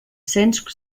cents